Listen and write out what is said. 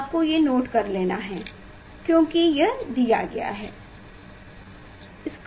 आपको ये नोट कर लेना है क्योकि यह दिया गया है